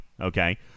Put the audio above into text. okay